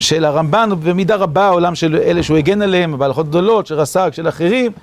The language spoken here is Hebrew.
של הרמב״ן ובמידה רבה העולם של אלה שהוא הגן עליהם בהלכות גדולות, של רס"ג, של אחרים.